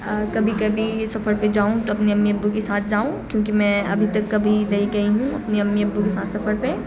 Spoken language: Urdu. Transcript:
کبھی کبھی سفر پہ جاؤں تو اپنی امی ابو کے ساتھ جاؤں کیونکہ میں ابھی تک کبھی نہیں گئی ہوں اپنی امی ابو کے ساتھ سفر پہ